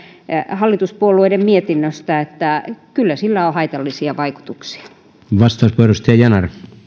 hallituspuolueiden mietinnöstä että kyllä sillä on haitallisia vaikutuksia